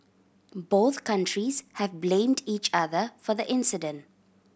both countries have blamed each other for the incident